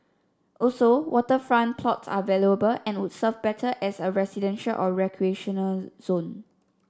also waterfront plots are valuable and would serve better as a residential or recreational zone